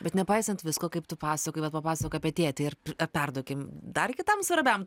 bet nepaisant visko kaip tu pasakoji vat papasakjai apie tėtį ir perduokim dar kitam svarbiam